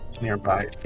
nearby